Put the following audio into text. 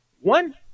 One